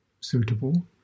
suitable